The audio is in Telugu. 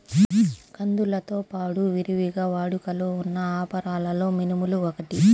కందులతో పాడు విరివిగా వాడుకలో ఉన్న అపరాలలో మినుములు ఒకటి